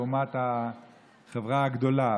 לעומת החברה הגדולה,